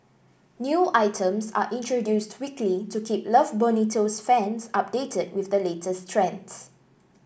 new items are introduced weekly to keep Love Bonito's fans updated with the latest trends